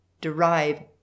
derive